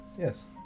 Yes